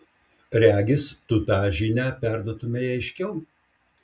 regis tu tą žinią perduotumei aiškiau